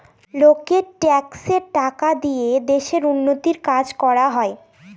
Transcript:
লোকের ট্যাক্সের টাকা দিয়ে দেশের উন্নতির কাজ করা হয়